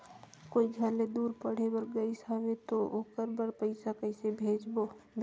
कोई घर ले दूर पढ़े बर गाईस हवे तो ओकर बर पइसा कइसे भेजब?